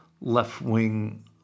left-wing